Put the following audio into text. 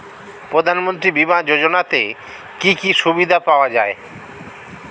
প্রধানমন্ত্রী বিমা যোজনাতে কি কি সুবিধা পাওয়া যায়?